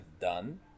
done